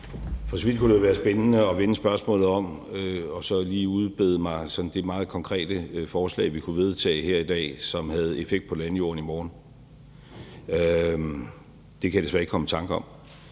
For så vidt kunne det være spændende at vende spørgsmålet om og så lige udbede mig det sådan meget konkrete forslag, vi kunne vedtage her i dag, og som havde effekt på landjorden i morgen. Det kan jeg desværre ikke komme i tanke om.